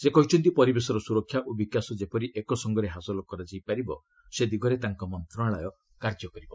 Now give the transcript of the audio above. ସେ କହିଛନ୍ତି ପରିବେଶର ସୁରକ୍ଷା ଓ ବିକାଶ ଯେପରି ଏକସଙ୍ଗରେ ହାସଲ କରାଯାଇପାରିବ ସେ ଦିଗରେ ତାଙ୍କ ମନ୍ତ୍ରଣାଳୟ କାର୍ଯ୍ୟ କରିବ